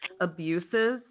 abuses